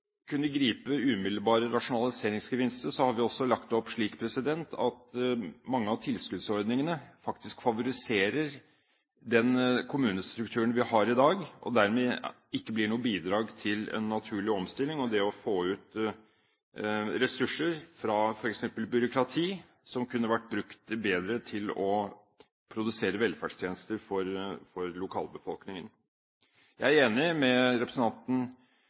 kunne gripe umiddelbare rasjonaliseringsgevinster, har vi også lagt det opp slik at mange av tilskuddsordningene faktisk favoriserer den kommunestrukturen vi har i dag, og dermed ikke blir noe bidrag til naturlig omstilling og det å få ut ressurser fra f.eks. byråkrati, som kunne ha vært brukt bedre ved å produsere velferdstjenester for lokalbefolkningen. Jeg er enig med representanten